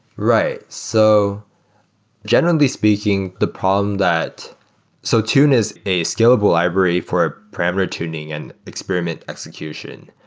right. so generally speaking, the problem that so tune is a scalable library for parameter tuning and experiment execution.